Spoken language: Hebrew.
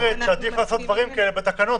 היא אומרת שעדיף לעשות דברים כאלה בתקנות.